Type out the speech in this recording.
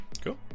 cool